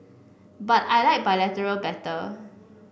but I like bilateral better